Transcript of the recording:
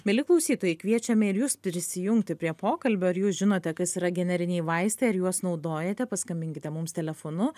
mieli klausytojai kviečiame ir jus prisijungti prie pokalbio ar jūs žinote kas yra generiniai vaistai ar juos naudojate paskambinkite mums telefonu